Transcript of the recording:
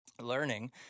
learning